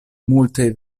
multe